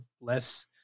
less